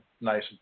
nice